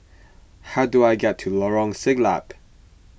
how do I get to Lorong Siglap